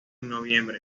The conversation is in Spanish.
noviembre